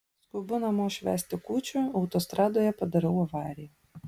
skubu namo švęsti kūčių autostradoje padarau avariją